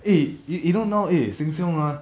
eh you you know now eh Sheng Siong ah